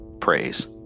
praise